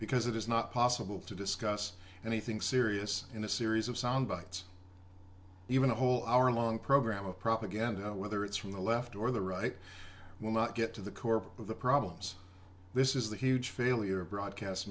because it is not possible to discuss anything serious in a series of soundbites even the whole hour long program of propaganda whether it's from the left or the right will not get to the core of the problems this is the huge failure of broadcast